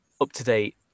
up-to-date